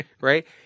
right